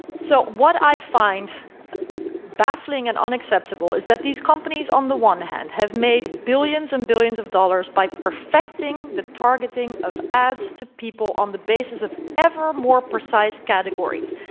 so, what i find baffling and unacceptable is that these companies, on the one hand, have made billions and billions of dollars by perfecting the targeting of ads to people on the basis of ever more precise categories,